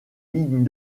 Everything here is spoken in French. lignes